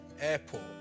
airport